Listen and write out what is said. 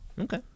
okay